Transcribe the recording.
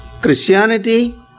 Christianity